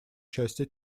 части